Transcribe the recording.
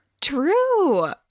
True